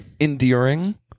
endearing